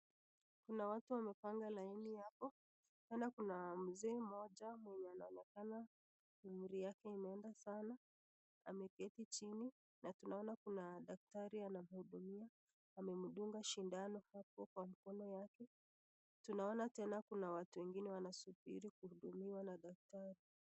Kuna watu wamepanga laini hapo, inaonekana kuna mzee mmoja mwenye anaonekana umri wake umeenda sana. Ameketi chini na tunaona kuna daktari anamhudumia amemdunga sindano hapo kwa mkono wake. Tunaona tena kuna watu wengine wanasubiri kuhudumiwa na daktari.